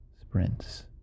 sprints